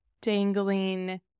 dangling